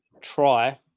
try